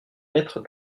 lettre